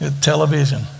Television